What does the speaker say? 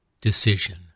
decision